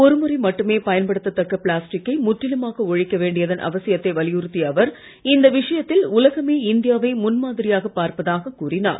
ஒருமுறை மட்டுமே பயன்படுத்ததக்க பிளாஸ்டிக்கை முற்றிலுமாக ஒழிக்க வேண்டியதன் அவசியத்தை வலியுறுத்திய அவர் இந்த விஷயத்தில் உலகமே இந்தியாவை முன்மாதிரியாகப் பார்ப்பதாக கூறினார்